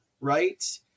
Right